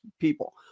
people